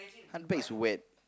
is wet